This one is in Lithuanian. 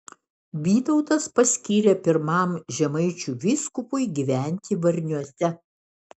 vytautas paskyrė pirmam žemaičių vyskupui gyventi varniuose